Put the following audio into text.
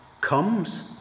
comes